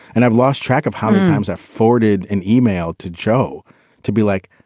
and i've lost track of how many times i've forwarded an email to joe to be like,